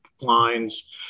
lines